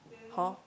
hor